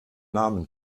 namen